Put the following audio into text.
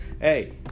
Hey